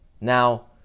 Now